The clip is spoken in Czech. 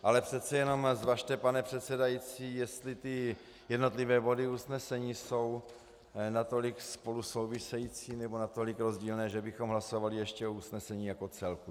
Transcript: Ale přece jenom zvažte, pane předsedající, jestli jednotlivé body usnesení jsou natolik spolu související, nebo natolik rozdílné, že bychom hlasovali ještě o usnesení jako celku.